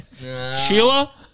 Sheila